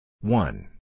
One